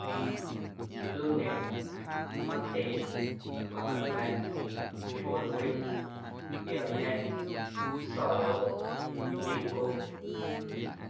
Luñe, matye, macala̱, xueewe, viarñe, saaroꞌ, ñencoꞌ.